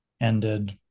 ended